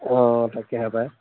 অঁ তাকেহে পায়